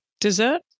Dessert